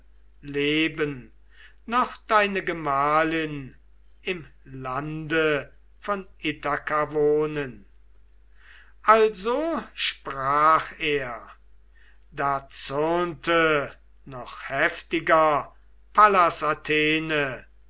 leben noch deine gemahlin im lande von ithaka wohnen also sprach er da zürnte noch heftiger pallas athene